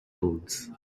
toads